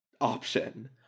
option